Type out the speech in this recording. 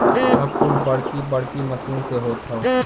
अब कुल बड़की बड़की मसीन से होत हौ